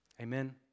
Amen